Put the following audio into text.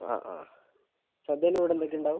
ആ ആ സദ്യേൻ്റ കൂടെ എന്തൊക്കെ ഉണ്ടാവും